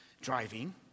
driving